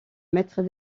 maître